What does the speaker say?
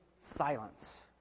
silence